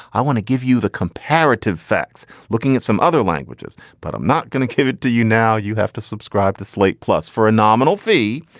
i want to give you the comparative facts. looking at some other languages. but i'm not going to give it to you now. you have to subscribe to slate plus for a nominal fee,